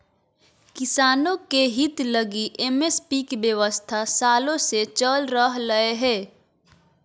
किसानों के हित लगी एम.एस.पी के व्यवस्था सालों से चल रह लय हें